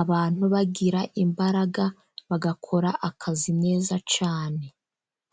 abantu bagira imbaraga, bagakora akazi neza cyane.